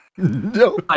No